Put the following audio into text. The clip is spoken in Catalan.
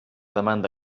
demanda